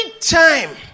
time